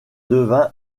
devint